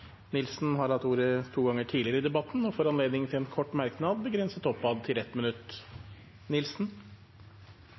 har hatt ordet to ganger tidligere og får ordet til en kort merknad, begrenset til 1 minutt.